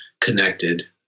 connected